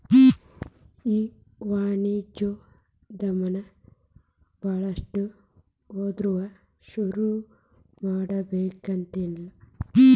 ಈ ವಾಣಿಜ್ಯೊದಮನ ಭಾಳಷ್ಟ್ ಓದ್ದವ್ರ ಶುರುಮಾಡ್ಬೆಕಂತೆನಿಲ್ಲಾ